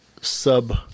sub-